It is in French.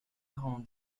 rend